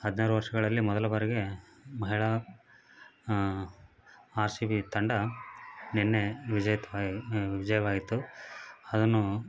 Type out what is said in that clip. ಹದಿನಾರು ವರ್ಷಗಳಲ್ಲಿ ಮೊದಲ ಬಾರಿಗೆ ಮಹಿಳಾ ಆರ್ ಸಿ ಬಿ ತಂಡ ನಿನ್ನೆ ವಿಜೇತವಾಗಿ ವಿಜಯವಾಯಿತು ಅದನ್ನು